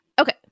Okay